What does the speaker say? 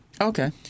Okay